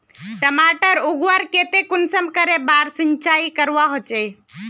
टमाटर उगवार केते कुंसम करे बार सिंचाई करवा होचए?